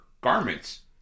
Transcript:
garments